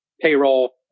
Payroll